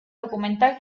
documental